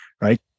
right